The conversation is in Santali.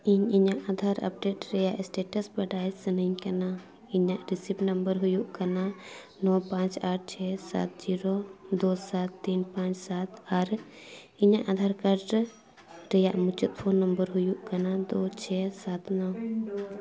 ᱤᱧ ᱤᱧᱟᱹᱜ ᱟᱫᱷᱟᱨ ᱟᱯᱰᱮᱴ ᱨᱮᱭᱟᱜ ᱥᱴᱮᱴᱟᱥ ᱵᱟᱰᱟᱭ ᱥᱟᱱᱟᱧ ᱠᱟᱱᱟ ᱤᱧᱟᱹᱜ ᱨᱮᱥᱤᱵᱷ ᱱᱟᱢᱵᱟᱨ ᱦᱩᱭᱩᱜ ᱠᱟᱱᱟ ᱱᱚ ᱟᱴ ᱯᱟᱸᱪ ᱪᱷᱚᱭ ᱥᱟᱛ ᱡᱤᱨᱳ ᱫᱩ ᱥᱟᱛ ᱛᱤᱱ ᱯᱟᱸᱪ ᱥᱟᱛ ᱟᱨ ᱤᱧᱟᱹᱜ ᱟᱫᱷᱟᱨ ᱠᱟᱨᱰ ᱨᱮᱭᱟᱜ ᱢᱩᱪᱟᱹᱫ ᱯᱷᱳᱱ ᱱᱟᱢᱵᱟᱨ ᱦᱩᱭᱩᱜ ᱠᱟᱱᱟ ᱫᱩ ᱪᱷᱚ ᱥᱟᱛ ᱱᱚ